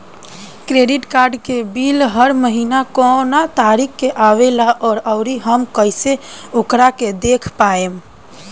Credit card के bill हर महीना कौना तारीक के आवेला और आउर हम कइसे ओकरा के देख पाएम?